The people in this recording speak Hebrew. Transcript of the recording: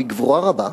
בגבורה רבה,